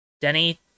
Denny